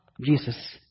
Jesus